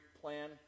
plan